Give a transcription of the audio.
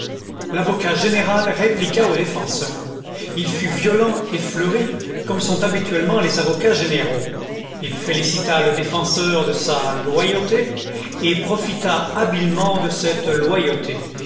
l'avocat général répliqua au défenseur il fut violent et fleuri comme sont habituellement les avocats généraux il félicita le défenseur de sa loyauté et profita habilement de cette loyauté